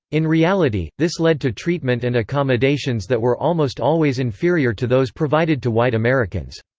in reality, this led to treatment and accommodations that were almost always inferior to those provided to white americans.